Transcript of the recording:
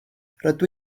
rydw